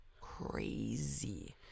crazy